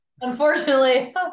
Unfortunately